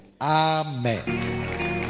amen